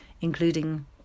including